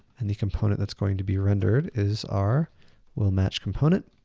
and the component that's going to be rendered is our willmatch component.